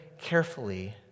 carefully